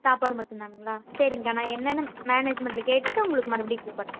சாப்பாடு மட்டுந்தானுங்களா சரிங்க்கா நான் என்னன்னு மேனெஜ்மென்டில் கேட்டுவிட்டு உங்களுக்கு மறுபடி கூப்பிட்றன்